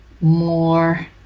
more